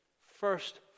first